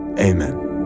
Amen